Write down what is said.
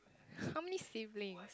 how many sibling